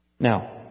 Now